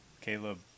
Caleb